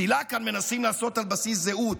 כאן מנסים לעשות פסילה על בסיס זהות,